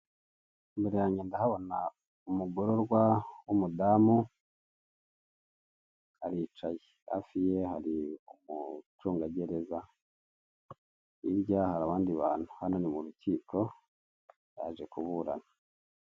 Imbere yange ndahabona umugororwa w'umudamu, aricaye. Hafi ye hari umucungagereza, hirya hari abandi bantu. Hano ni mu rukiko, baje kuburana.